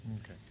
Okay